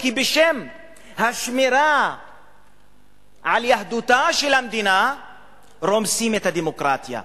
כי בשם השמירה על יהדותה של המדינה רומסים את הדמוקרטיה.